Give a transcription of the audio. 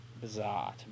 bizarre